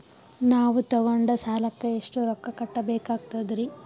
ನಾವು ತೊಗೊಂಡ ಸಾಲಕ್ಕ ಎಷ್ಟು ರೊಕ್ಕ ಕಟ್ಟಬೇಕಾಗ್ತದ್ರೀ?